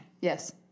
Yes